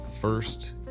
first